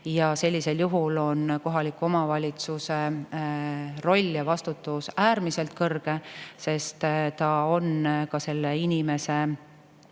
ja sellisel juhul on kohaliku omavalitsuse roll ja vastutus äärmiselt suur, sest ta on selle inimese